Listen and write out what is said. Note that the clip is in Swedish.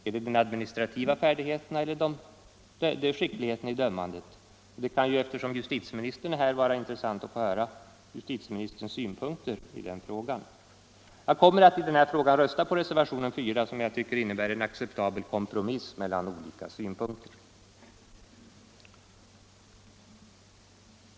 Är det de administrativa färdigheterna eller skickligheten i dömandet? Eftersom justitieministern är här kunde det vara av värde att få höra hans synpunkter på denna fråga. Jag kommer att rösta på reservationen 4, som jag tycker innebär en acceptabel kompromiss mellan olika synpunkter.